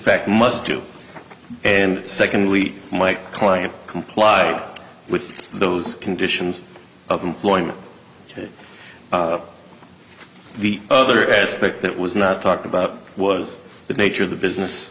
fact must do and secondly my client complied with those conditions of employment that the other aspect that was not talked about was the nature of the business